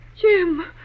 Jim